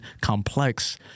complex